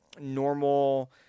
normal